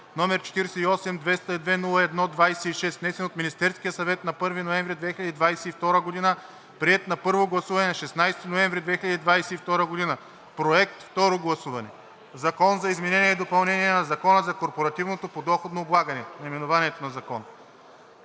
№ 48-202-01-26, внесен от Министерския съвет на 1 ноември 2022 г., приет на първо гласуване на 16 ноември 2022 г.“ „Проект – второ гласуване, Закон за изменение и допълнение на Закона за корпоративното подоходно облагане“ – наименованието на Закона.